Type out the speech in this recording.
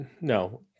No